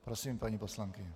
Prosím, paní poslankyně.